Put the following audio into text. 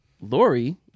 Lori